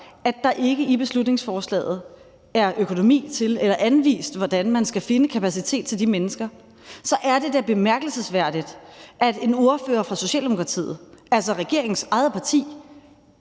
at der ikke i beslutningsforslaget er anvist, hvordan man skal finde kapacitet til de mennesker, så er det da bemærkelsesværdigt, at en ordfører for Socialdemokratiet, altså regeringens eget parti,